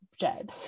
Jed